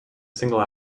single